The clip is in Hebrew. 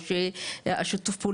או שהשיתוף,